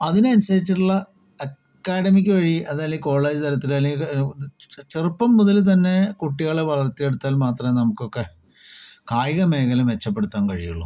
അതിനനുസരിച്ചിട്ടിള്ള അക്കാദമിക വഴി അതല്ലേൽ കോളേജ് തരത്തില് അല്ലെങ്കിൽ ചെറുപ്പം മുതല് തന്നേ കുട്ടികളെ വളർത്തി എടുത്താൽ മാത്രമേ നമുക്കൊക്കെ കായികമേഖല മെച്ചപ്പെടുത്താൻ കഴിയുള്ളു